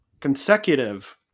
consecutive